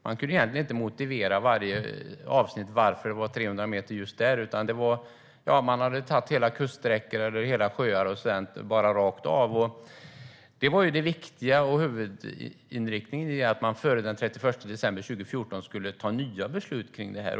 Man kunde egentligen inte motivera varför det var 300 meter på just dessa avsnitt. Man hade tagit hela kuststräckor eller hela sjöar rakt av. Det var det viktiga och huvudinriktningen i fråga om att man före den 31 december 2014 skulle ta nya beslut kring det här.